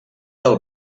del